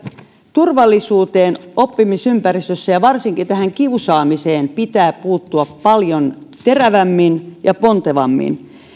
turvallisuuteen oppimisympäristössä ja varsinkin tähän kiusaamiseen pitää puuttua paljon terävämmin ja pontevammin